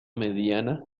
mediana